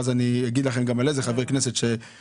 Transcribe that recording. ואז אני אגיד לכם גם על איזה חברי כנסת שביקשו,